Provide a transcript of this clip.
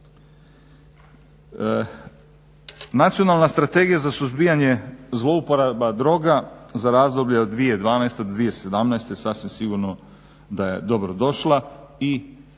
Nacionalna strategija za suzbijanje zlouporaba droga za razdoblje od 2012. do 2017. sasvim sigurno da je dobrodošla i